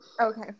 Okay